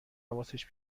حواسش